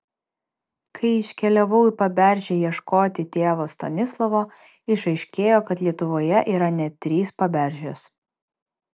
kai iškeliavau į paberžę ieškoti tėvo stanislovo išaiškėjo kad lietuvoje yra net trys paberžės